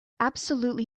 absolutely